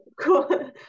Cool